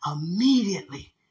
immediately